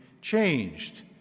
changed